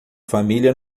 família